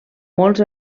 molts